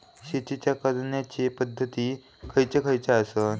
शेतीच्या करण्याचे पध्दती खैचे खैचे आसत?